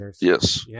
Yes